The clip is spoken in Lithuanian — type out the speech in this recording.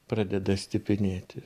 pradeda stipinėti